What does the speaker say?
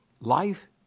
life